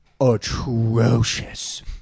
atrocious